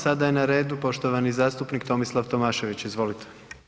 Sada je na redu poštovani zastupnik Tomislav Tomaševića, izvolite.